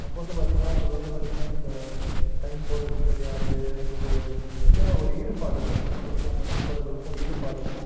அப்போது வந்து பார்த்தீங்கன்னா அவர்களும் வந்து பார்த்தீங்கன்னா இந்த டைம் போகிறது தெரியாது ஒரு உண்மையாக ஒரு ஈடுபாடு இருக்கும் உங்களுக்கும் உங்கள் நண்பர்களுக்கும் ஈடுபாடு இருக்கும்